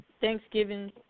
Thanksgiving